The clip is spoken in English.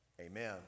Amen